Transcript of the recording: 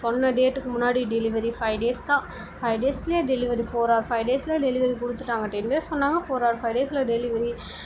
சொன்ன டேட்டுக்கு முன்னாடி டெலிவரி ஃபைவ் டேஸ் தான் ஃபைவ் டேஸ்லையே டெலிவரி ஃபோர் ஆர் ஃபைவ் டேஸில் டெலிவரி கொடுத்துட்டுட்டாங்க டென் டேஸ் சொன்னாங்க ஃபோர் ஆர் ஃபைவ் டேஸில் டெலிவரி